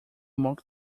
mock